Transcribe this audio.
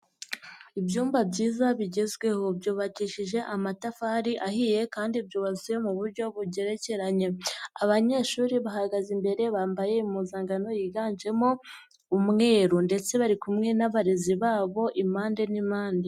Ibyumba byiza bigezweho byubakije amatafari ahiye kandi byubazuye mu buryo bugerekeranye, abanyeshuri bahagaze imbere bambaye impuzangano yiganjemo umweru ndetse bari kumwe n'abarezi babo impande n'impande.